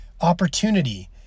opportunity